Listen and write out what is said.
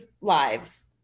lives